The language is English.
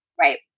Right